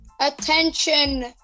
attention